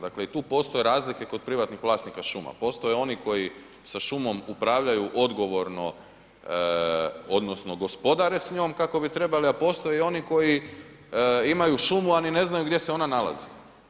Dakle i tu postoje razlike kod privatnih vlasnika šuma, postoje oni koji sa šumom upravljaju odgovorno odnosno gospodare s njom kako bi trebali a postoje i oni koji imaju šumu a ni ne znaju gdje se ona nalazi.